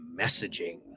messaging